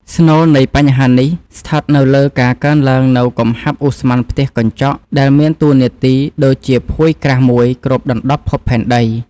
ស្នូលនៃបញ្ហានេះស្ថិតនៅលើការកើនឡើងនូវកំហាប់ឧស្ម័នផ្ទះកញ្ចក់ ដែលមានតួនាទីដូចជាភួយក្រាស់មួយគ្របដណ្ដប់ភពផែនដី។